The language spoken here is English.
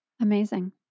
Amazing